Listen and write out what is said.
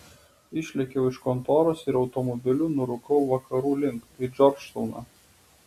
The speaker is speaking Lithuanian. išlėkiau iš kontoros ir automobiliu nurūkau vakarų link į džordžtauną